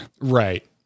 right